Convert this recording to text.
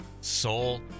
soul